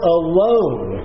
alone